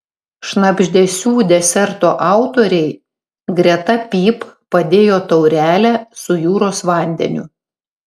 šnabždesių deserto autoriai greta pyp padėjo taurelę su jūros vandeniu